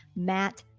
matt.